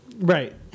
Right